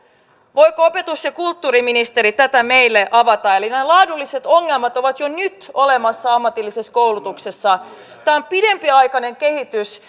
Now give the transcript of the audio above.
voiko opetus ja kulttuuriministeri tätä meille avata ne laadulliset ongelmat ovat jo nyt olemassa ammatillisessa koulutuksessa tämä on pidempiaikainen kehitys